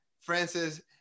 Francis